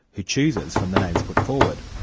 who chooses from the names put forward.